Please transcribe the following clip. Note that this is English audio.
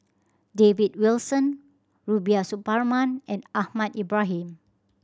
David Wilson Rubiah Suparman and Ahmad Ibrahim